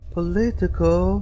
Political